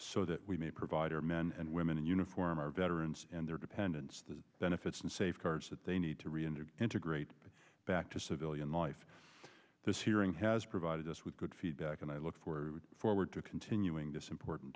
so that we may provide our men and women in uniform our veterans and their dependents the benefits and safeguards that they need to reenter integrate back to civilian life this hearing has provided us with good feedback and i look forward forward to continuing this important